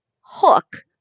hook